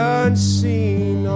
unseen